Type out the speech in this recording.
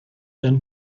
then